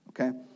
okay